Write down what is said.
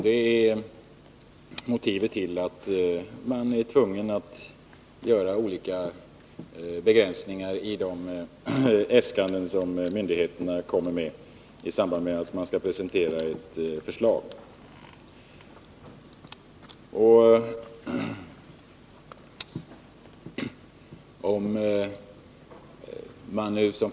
Det är anledningen till att man i samband med att man presenterar ett förslag är tvungen att göra olika begränsningar i de äskanden som myndigheterna gjort.